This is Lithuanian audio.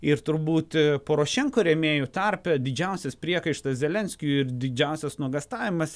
ir turbūt porošenko rėmėjų tarpe didžiausias priekaištas zelenskiui ir didžiausias nuogąstavimas